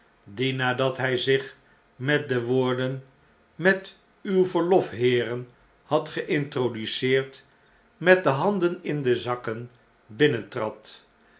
die nadat hij zich met de woorden met uw verlof heeren had geintroduceerd met de handen in de zakken